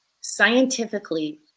scientifically